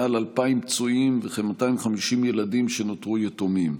מעל 2,000 פצועים וכ-250 ילדים שנותרו יתומים.